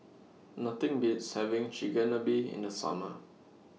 Nothing Beats having Chigenabe in The Summer